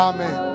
Amen